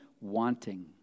wanting